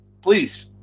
Please